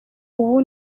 ubu